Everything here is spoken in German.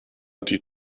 die